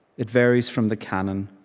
it varies from the canon.